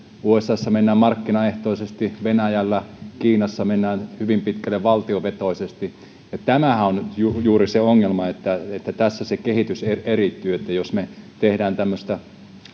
usassa mennään markkinaehtoisesti venäjällä kiinassa mennään hyvin pitkälle valtiovetoisesti ja tämähän on juuri se ongelma että että tässä se kehitys eriytyy jos me teemme tämmöistä